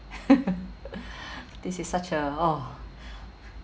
this is such a ugh